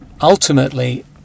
ultimately